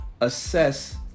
assess